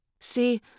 See